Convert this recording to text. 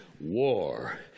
war